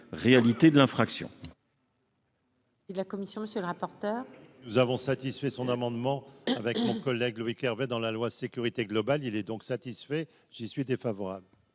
réalité de l'infraction.